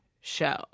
show